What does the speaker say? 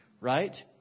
Right